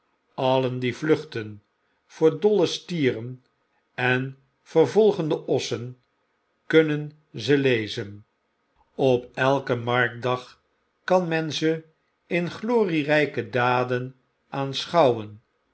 alien die vluchten voor dolle stieren en vervolgende ossen kunnen ze lezen op elken marktdag kan men ze in glorierpe daden aanschouwen